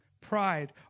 pride